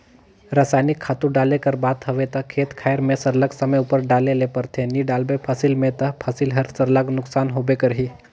रसइनिक खातू डाले कर बात हवे ता खेत खाएर में सरलग समे उपर डाले ले परथे नी डालबे फसिल में ता फसिल हर सरलग नोसकान होबे करही